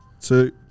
two